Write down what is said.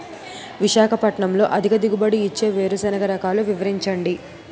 విశాఖపట్నంలో అధిక దిగుబడి ఇచ్చే వేరుసెనగ రకాలు వివరించండి?